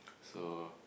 so